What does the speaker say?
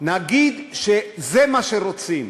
נגיד שזה מה שרוצים.